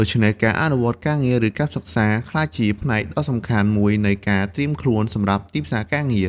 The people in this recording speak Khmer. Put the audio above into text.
ដូច្នេះ ការអនុវត្តន៍ការងារ ឬកម្មសិក្សា ក្លាយជាផ្នែកដ៏សំខាន់មួយនៃការត្រៀមខ្លួនសម្រាប់ទីផ្សារការងារ។